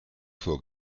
vor